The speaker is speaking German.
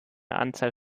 anzahl